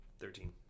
Thirteen